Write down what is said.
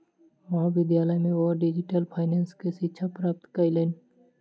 महाविद्यालय में ओ डिजिटल फाइनेंस के शिक्षा प्राप्त कयलैन